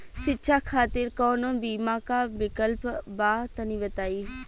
शिक्षा खातिर कौनो बीमा क विक्लप बा तनि बताई?